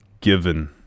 Given